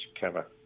cover